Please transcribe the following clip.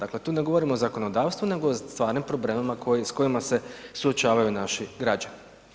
Dakle, tu ne govorim o zakonodavstvu nego o stvarnim problemima s kojima se suočavaju naši građani.